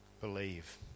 Believe